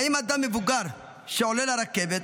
האם אדם מבוגר שעולה לרכבת